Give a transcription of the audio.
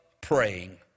praying